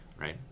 right